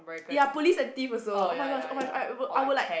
ya police and thief also oh-my-gosh oh-my-gosh I I would like